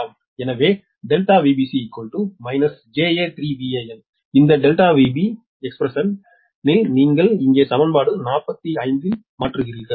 எனவே ΔVbc ja3𝑽𝒂n இந்த ΔVbcexpression இல் நீங்கள் இங்கே சமன்பாடு 45 இல் மாற்றுகிறீர்கள்